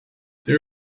there